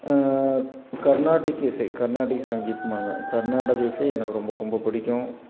கர்நாட்டிக் இசை கர்நாட்டிக் சங்கீத்தும்பாங்க கர்நாடக இசை எனக்கு ரொம்ப ரொம்ப பிடிக்கும்